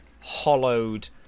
hollowed